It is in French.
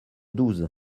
douze